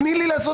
תני לי להסביר